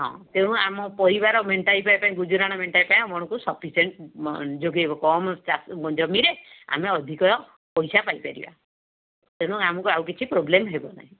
ହଁ ତେଣୁ ଆମ ପରିବାର ମେଣ୍ଟାଇବା ପାଇଁ ଗୁଜୁରାଣ ମେଣ୍ଟାଇବା ପାଇଁ ଆପଣଙ୍କୁ ସଫିସେଣ୍ଟ୍ ଯୋଗାଇବ କମ୍ ଚାଷ ଜମିରେ ଆମେ ଅଧିକ ପଇସା ପାଇପାରିବା ତେଣୁ ଆମକୁ ଆଉ କିଛି ପ୍ରୋବ୍ଲେମ ହେବନାହିଁ